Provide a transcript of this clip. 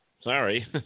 Sorry